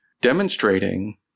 demonstrating